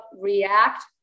react